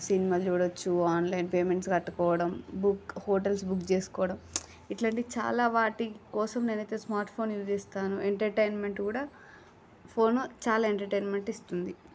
cinema చూడచ్చు online payments కట్టుకోవడం book hotels book చేసుకోవడం ఇట్లాంటి చాలా వాటి కోసం నేను అయితే స్మార్ట్ ఫోన్ యూస్ చేస్తాను ఎంటర్టైన్మెంట్ కూడా ఫోన్ చాలా ఎంటర్టైన్మెంట్ ఇస్తుంది